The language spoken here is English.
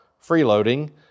freeloading